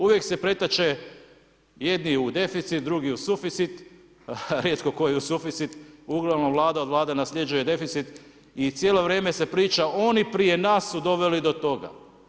Uvijek se pretače jedni u deficit, drugi u suficit, rijetko ko i u suficit, uglavnom vlada od vlade nasljeđuje deficit i cijelo vrijeme se priča oni prije nas su doveli do toga.